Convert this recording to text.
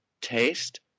taste